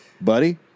Buddy